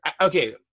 okay